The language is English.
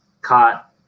caught